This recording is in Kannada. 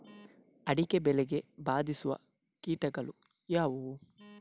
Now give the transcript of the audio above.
ಅಡಿಕೆ ಬೆಳೆಗೆ ಬಾಧಿಸುವ ಕೀಟಗಳು ಯಾವುವು?